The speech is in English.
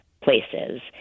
places